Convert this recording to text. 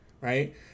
right